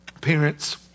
parents